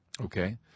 Okay